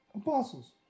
apostles